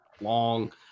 long